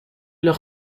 leur